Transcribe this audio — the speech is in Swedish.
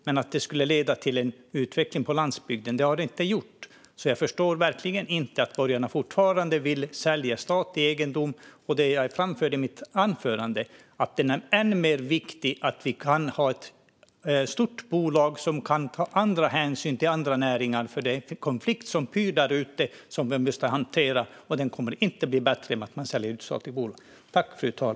Men det har inte lett till en utveckling av landsbygden. Jag förstår verkligen inte att borgarna fortfarande vill sälja statlig egendom. Jag framförde i mitt anförande att det är än mer viktigt att det finns ett stort bolag som kan ta andra hänsyn till andra näringar. Det finns en pyrande konflikt som vi måste hantera, och den blir inte bättre i och med att man säljer ut statliga bolag.